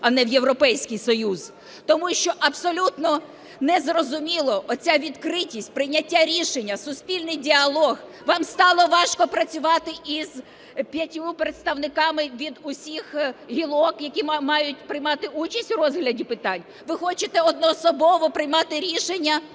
а не в Європейський Союз, тому що абсолютно не зрозуміла оця відкритість прийняття рішення, суспільний діалог. Вам стало важко працювати з п'ятьма представниками від усіх гілок, які мають приймати участь у розгляді питань? Ви хочете одноособово приймати рішення